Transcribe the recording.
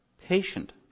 patient